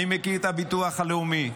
אני מכיר את הביטוח הלאומי.